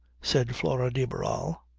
said flora de barral.